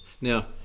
now